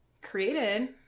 created